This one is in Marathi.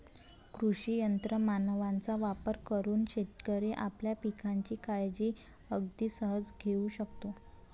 कृषी यंत्र मानवांचा वापर करून शेतकरी आपल्या पिकांची काळजी अगदी सहज घेऊ शकतो